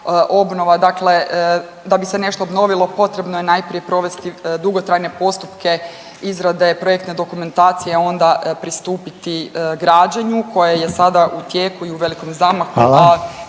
tema. Dakle, da bi se nešto obnovilo potrebno je najprije provesti dugotrajne postupke izrade projektne dokumentacije, a onda pristupiti građenju koje je sada u tijeku i u velikom zamahu